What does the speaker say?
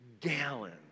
gallons